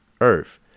earth